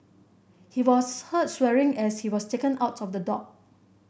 he was heard swearing as he was taken out of the dock